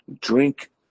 drink